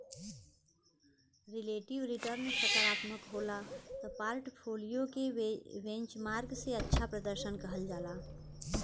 relative return सकारात्मक होला त पोर्टफोलियो के बेंचमार्क से अच्छा प्रर्दशन कहल जाला